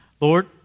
Lord